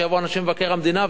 שיבואו אנשים ממבקר המדינה,